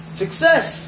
success